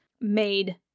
made